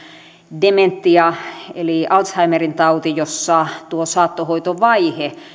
dementia eli alzheimerin tauti jossa tuo saattohoitovaihe